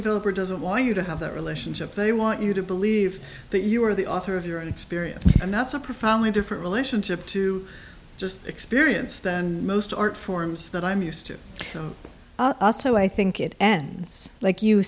developer doesn't want you to have that relationship they want you to believe that you are the author of your own experience and that's a profoundly different relationship to just experience than most art forms that i'm used to also i think it ends like you